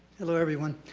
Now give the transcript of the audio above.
hello everyone,